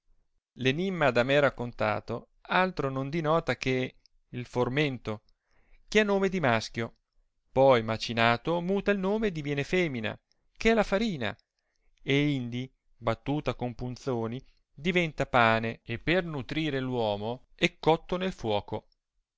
enimma da me raccontato altro non dinota che il formento che ha nome di mamaschio poi macinato muta il nome e diviene femina che è la farina e indi battuta con punzoni diventa pane e per nutrire l'uomo e cotto nel fuoco